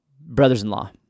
brothers-in-law